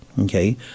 Okay